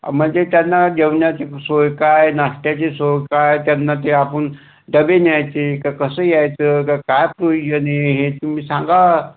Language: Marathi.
म्हणजे त्यांना जेवणाची सोय काय नाश्त्याची सोय काय त्यांना ते आपण डबे न्यायचे का कसं यायचं का काय प्रोव्हिजन आहे हे तुम्ही सांगा